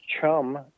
chum